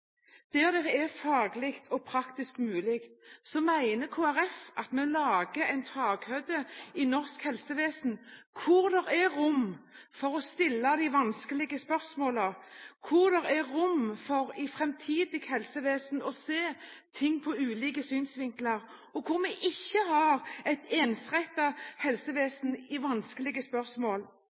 der det er faglig og praktisk mulig, mener Kristelig Folkeparti at en lager takhøyde i norsk helsevesen hvor det er rom for å stille de vanskelige spørsmålene, hvor det er rom for i framtidig helsevesen å se ting fra ulike synsvinkler, og hvor vi ikke har et ensrettet helsevesen i vanskelige spørsmål.